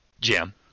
Jim